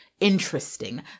interesting